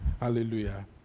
Hallelujah